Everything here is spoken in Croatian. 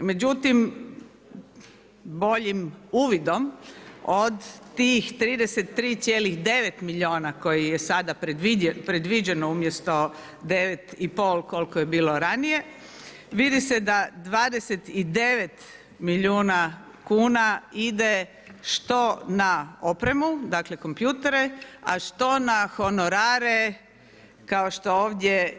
Međutim, boljim uvidom od tih 33,9 milijuna kojih je sada predviđeno umjesto 9,5 koliko je bilo ranije, vidi se da 29 milijuna kuna ide što na opremu, dakle kompjutere, a što na honorare kao što ovdje